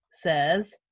says